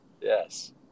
Yes